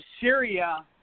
Syria